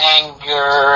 anger